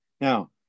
Now